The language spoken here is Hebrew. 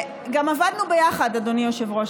גם עבדנו ביחד, אדוני היושב-ראש.